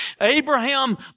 Abraham